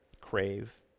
crave